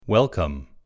Welcome